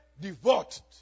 devoted